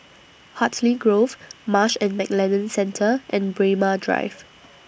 Hartley Grove Marsh and McLennan Centre and Braemar Drive